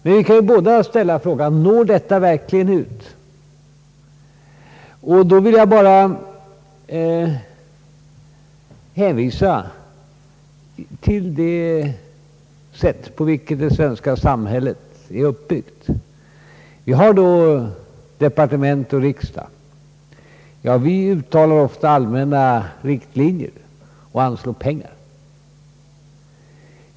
Men vi kan båda ställa frågan: Når detta verkligen ut? Då vill jag bara hänvisa till det sätt på vilket det svenska samhället är uppbyggt. Vi har departement och riksdag. Vi drar ofta upp allmänna riktlinjer och anslår pengar.